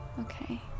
Okay